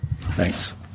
Thanks